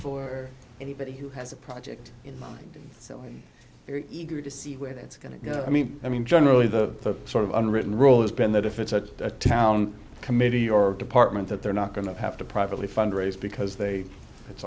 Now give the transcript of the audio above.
for anybody who has a project in mind so we're very eager to see where that's going to go i mean i mean generally the sort of unwritten rule has been that if it's a town committee or department that they're not going to have to privately fundraise because they it's